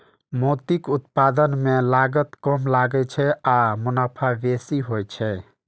मोतीक उत्पादन मे लागत कम लागै छै आ मुनाफा बेसी होइ छै